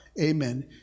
amen